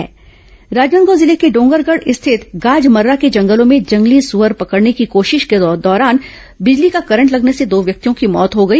जिला कार्यक्रम राजनांदगांव जिले के डोंगरगढ़ स्थित गाजमर्रा के जंगलों में जंगली सुअर पकड़ने की कोशिश के दौरान बिजली का करंट लगने से दो व्यक्तियों की मौत हो गई